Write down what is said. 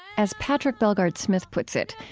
as patrick bellegarde-smith puts it,